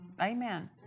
Amen